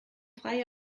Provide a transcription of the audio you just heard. freie